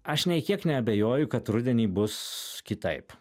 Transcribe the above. aš nei kiek neabejoju kad rudenį bus kitaip